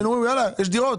היינו אומרים יאללה, יש דירות.